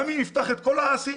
גם אם נפתח את כלל ה-האסי,